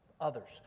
others